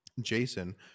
Jason